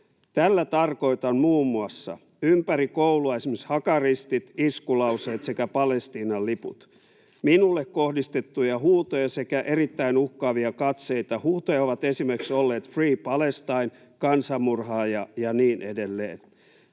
Tällä tarkoitan muun muassa ympäri koulua esimerkiksi hakaristit, iskulauseet sekä Palestiinan liput, minulle kohdistettuja huutoja sekä erittäin uhkaavia katseita. Huutoja ovat esimerkiksi olleet ’Free Palestine!’, ’Kansanmurhaaja!’ ja niin edelleen.